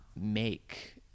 make